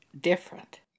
different